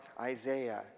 Isaiah